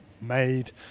made